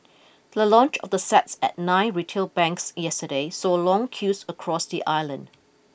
the launch of the sets at nine retail banks yesterday saw long queues across the island